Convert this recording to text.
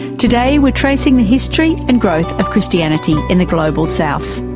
today we're tracing the history and growth of christianity in the global south.